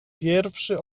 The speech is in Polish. pierwszy